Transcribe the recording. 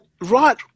right